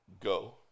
go